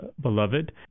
beloved